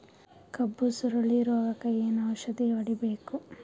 ಕಬ್ಬು ಸುರಳೀರೋಗಕ ಏನು ಔಷಧಿ ಹೋಡಿಬೇಕು?